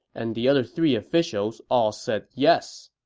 and the other three officials all said yes